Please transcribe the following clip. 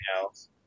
else